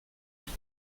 huit